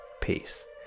peace